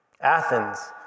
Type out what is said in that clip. Athens